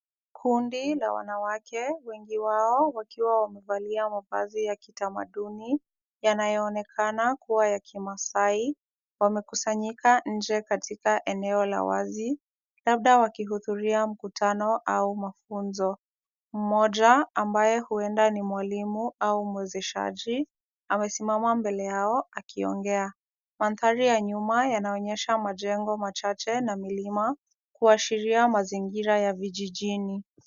Kundi la wanawake wengi wao wakiwa wamevalia mavazi ya kitamaduni yanayoonekana kuwa ya kimaasai wamekusanyika nje katika eneo la wazi labda wakihudhuria mkutano au mafunzo. Mmoja ambaye huenda ni mwalimu au mwezeshaji amesimama mbele yao akiongea. Mandhari ya nyuma yanaonyesha majengo machache na milima kuashiria mazingira ya vijijini.